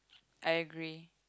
I agree